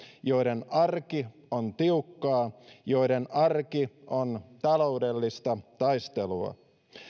joiden arki on tiukkaa joiden arki on taloudellista taistelua